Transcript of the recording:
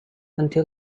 until